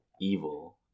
evil